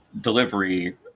delivery